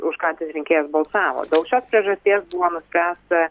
už ką tas rinkėjas balsavo dėl šios priežasties buvo nuspręsta